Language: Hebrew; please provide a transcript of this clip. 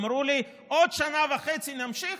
אמרו לי: עוד שנה וחצי נמשיך,